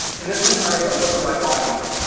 and this one targets a lookalike audience.